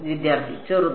വിദ്യാർത്ഥി ചെറുത്